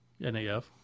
NAF